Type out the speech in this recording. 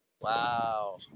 Wow